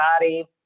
body